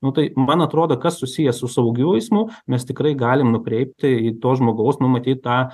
nu tai man atrodo kas susiję su saugiu eismu mes tikrai galim nukreipti į to žmogaus numatytą